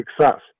success